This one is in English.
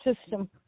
system